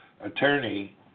attorney